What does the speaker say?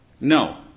no